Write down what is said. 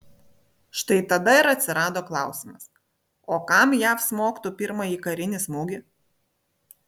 štai tada ir atsirado klausimas o kam jav smogtų pirmąjį karinį smūgį